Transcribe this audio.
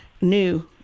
new